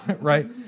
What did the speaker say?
right